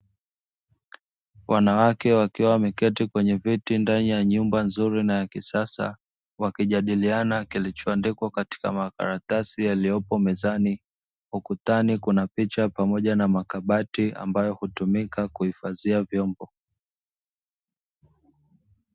Wanawake wakiwa wameketi kwenye viti ndani ya nyumba nzuri na ya kisasa, wakijadiliana kilichoandikwa Katika makaratasi yaliyopo mezani ukutani kuna makabati yanayotumika kuhifadhia vyombo.